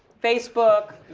facebook,